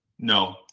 No